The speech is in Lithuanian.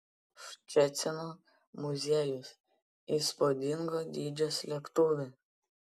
ščecino muziejus įspūdingo dydžio slėptuvė